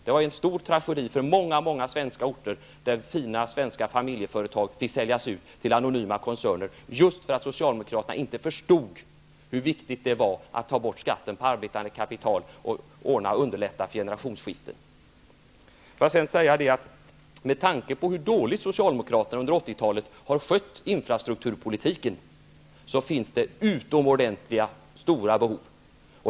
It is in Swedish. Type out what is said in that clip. Det var en stor tragedi för många svenska orter, där fina svenska familjeföretag fick säljas ut till anonyma koncerner just för att Socialdemokraterna inte förstod hur viktigt det var att ta bort skatten på arbetande kapital och därmed underlätta generationsskiften. Med tanke på hur dåligt Socialdemokraterna under 80-talet har skött infrastrukturpolitiken finns det nu utomordentligt stora behov.